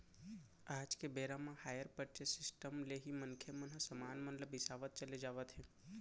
आज के बेरा म हायर परचेंस सिस्टम ले ही मनखे मन ह समान मन ल बिसावत चले जावत हे